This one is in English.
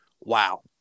wow